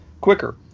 quicker